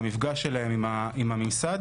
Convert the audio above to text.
במפגש שלהם עם הממסד,